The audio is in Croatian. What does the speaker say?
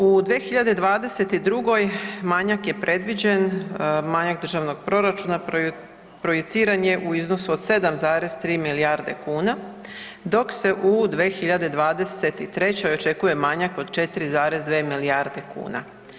U 2022. manjak je predviđen, manjak državnog proračuna projiciran je u iznosu od 7,3 milijarde kuna, dok se u 2023. očekuje manjak od 4,2 milijarde kuna.